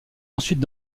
ensuite